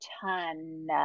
ton